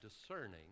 discerning